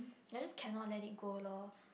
they just cannot let it go lor